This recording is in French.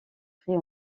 prit